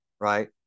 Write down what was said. right